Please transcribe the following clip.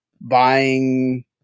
buying